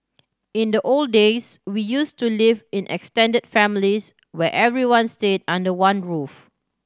in the old days we used to live in extended families where everyone stayed under one roof